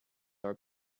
are